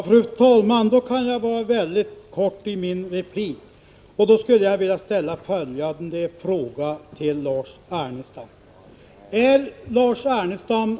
Fru talman! Då kan jag vara mycket kort i min replik. Jag skulle vilja ställa en fråga till Lars Ernestam.